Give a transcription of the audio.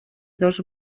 dos